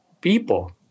people